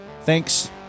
Thanks